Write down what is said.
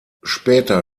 später